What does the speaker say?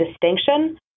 distinction